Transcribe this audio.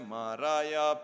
Maraya